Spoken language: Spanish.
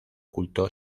culto